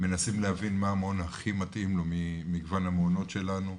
מנסים להבין מה המעון הכי מתאים ממגוון המעונות שלנו.